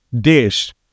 dish